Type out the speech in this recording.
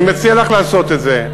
אני מציע לך לעשות את זה.